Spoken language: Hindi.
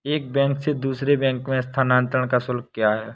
एक बैंक से दूसरे बैंक में स्थानांतरण का शुल्क क्या है?